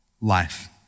life